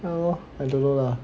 so I don't know lah